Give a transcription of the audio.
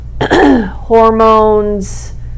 hormones